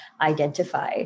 identify